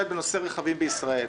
בנושא רכבים בישראל.